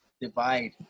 divide